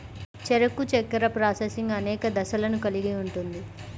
చెరకు చక్కెర ప్రాసెసింగ్ అనేక దశలను కలిగి ఉంటుంది